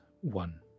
one